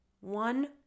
One